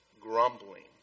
grumbling